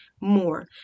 more